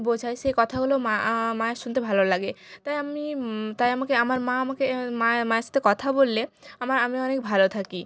বোঝায় সেই কথাগুলো মা মায়ের শুনতে ভালো লাগে তাই আমি তাই আমাকে আমার মা আমাকে মা মায়ের সাথে কথা বললে আমি অনেক ভালো থাকি